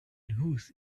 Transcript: whose